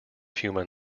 human